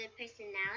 personality